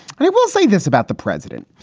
i will say this about the president.